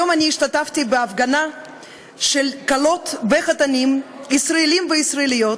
היום השתתפתי בהפגנה של כלות וחתנים ישראלים וישראליות,